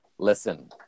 Listen